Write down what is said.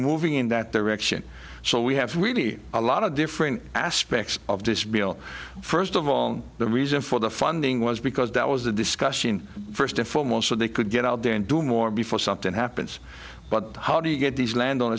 moving in that direction so we have really a lot of different aspects of this bill first of all the reason for the funding was because that was the discussion first and foremost so they could get out there and do more before something happens but how do you get these land